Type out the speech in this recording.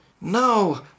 No